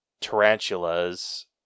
tarantulas